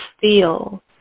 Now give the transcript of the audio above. feel